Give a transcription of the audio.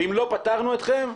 אם לא פטרנו אתכם,